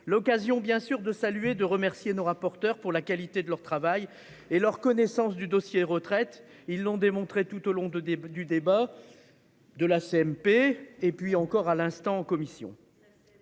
l'occasion de saluer et remercier nos rapporteurs de la qualité de leur travail et de leur connaissance du dossier des retraites. Ils l'ont démontrée tout au long du débat, au cours de la CMP et encore à l'instant en commission.